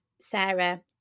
Sarah